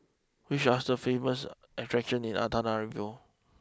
which are the famous attractions in Antananarivo